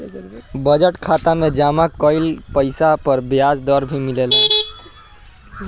budget खाता में जमा कइल पइसा पर ब्याज दर भी मिलेला